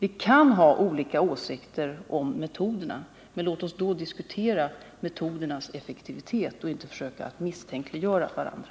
Vi kan ha olika åsikter om metoderna, men låt oss då diskutera metodernas effektivitet och inte försöka misstänkliggöra varandra.